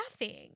laughing